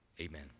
amen